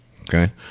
okay